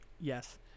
Yes